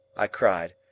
i cried.